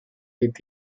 with